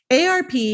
ARP